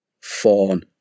fawn